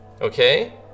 okay